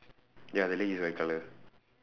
ya the leg is white colour